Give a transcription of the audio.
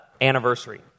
anniversary